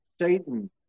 Satan